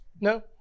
No